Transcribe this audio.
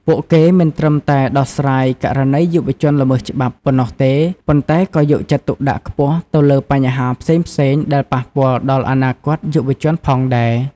ពួកគេមិនត្រឹមតែ ដោះស្រាយករណីយុវជនល្មើសច្បាប់ ប៉ុណ្ណោះទេ ប៉ុន្តែក៏យកចិត្តទុកដាក់ខ្ពស់ទៅលើបញ្ហាផ្សេងៗដែលប៉ះពាល់ដល់អនាគតយុវជនផងដែរ។